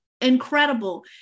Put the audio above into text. incredible